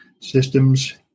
systems